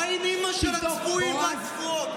האימ-אימא של הצבועים והצבועות.